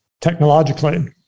technologically